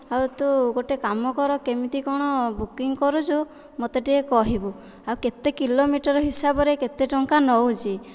ଆଉ ତୁ ଗୋଟେ କାମ କର କେମିତି କ'ଣ ବୁକିଂ କରୁଛୁ ମୋତେ ଟିକିଏ କହିବୁ ଆଉ କେତେ କିଲୋମିଟର୍ ହିସାବରେ କେତେ ଟଙ୍କା ନେଉଛି